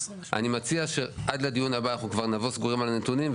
אני מציע שעד לדיון הבא אנחנו כבר נבוא סגורים על הנתונים,